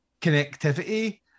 connectivity